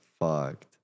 fucked